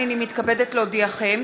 הנני מתכבדת להודיעכם,